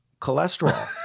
cholesterol